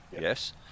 Yes